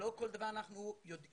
לא כל דבר אנחנו יודעים